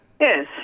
Yes